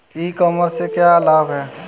ई commerce से क्या क्या लाभ हैं?